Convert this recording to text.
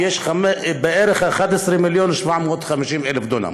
יש בערך 11 מיליון ו-750,000 דונם.